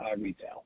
retail